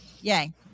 yay